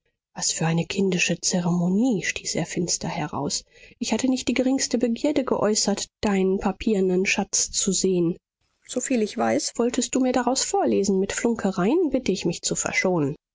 was für eine kindische zeremonie stieß er finster heraus ich hatte nicht die geringste begierde geäußert deinen papierenen schatz zu sehen soviel ich weiß wolltest du mir daraus vorlesen mit flunkereien bitte ich mich zu verschonen